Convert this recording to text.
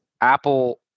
apple